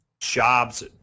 jobs